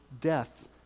death